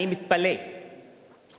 אני מתפלא ומתאכזב.